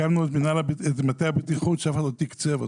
הקמנו את מטה הבטיחות שאף אחד לא תקצב אותו.